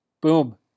Boom